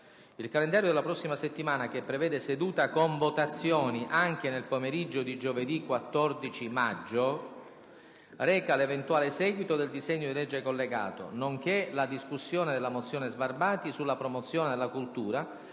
Il calendario della prossima settimana, che prevede seduta con votazioni anche nel pomeriggio di giovedì 14 maggio, reca l'eventuale seguito del disegno di legge collegato, nonché la discussione della mozione Sbarbati sulla promozione della cultura